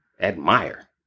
admire